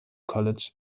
college